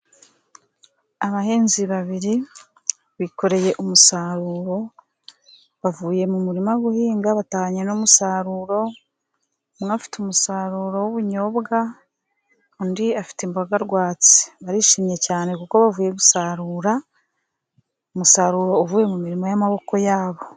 Abahinzi babiri bikoreye umusaruro bavuye mu murima guhinga batahanye n'umusaruro. Umwe afite umusaruro w'ubunyobwa undi afite imboga rwatsi barishimye cyane kuko bavuye gusarura umusaruro uvuye mu mirimo y'amaboko yabo.